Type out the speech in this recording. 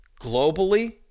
globally